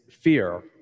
fear